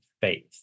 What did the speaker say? faith